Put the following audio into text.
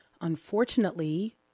unfortunately